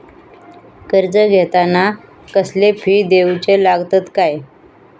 कर्ज घेताना कसले फी दिऊचे लागतत काय?